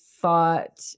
thought